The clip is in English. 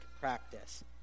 practice